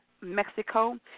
Mexico